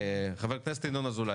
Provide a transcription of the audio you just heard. חבר הכנסת ינון אזולאי,